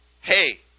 Hey